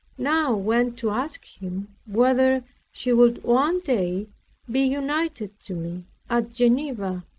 now went to ask him whether she would one day be united to me at geneva.